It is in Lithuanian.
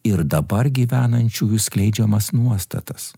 ir dabar gyvenančiųjų skleidžiamas nuostatas